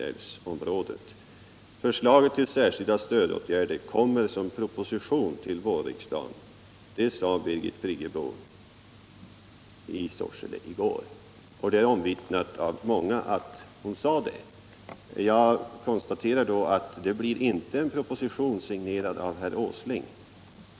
Det står också att läsa: ”Förslaget till särskilda stödåtgärder kommer som proposition till vårriksdagen.” Detta sade alltså Birgit Friggebo i Sorsele i går, och det är omvittnat av många. 2 Mot bakgrund av det svar jag har fått i dag kan jag emellertid konstatera att det inte blir någon proposition om Vindelälvsprogrammet signerad av herr Åsling.